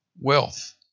wealth